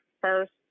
first